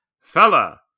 Fella